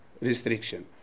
restriction